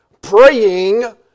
praying